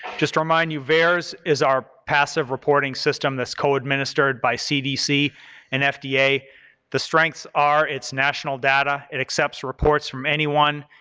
just remind you, vaers is our passive reporting system that's co-administered by cdc and fda. the strengths are its national data, it accepts reports from anyone,